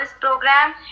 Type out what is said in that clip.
program